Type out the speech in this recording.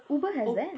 uber has that